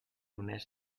uneix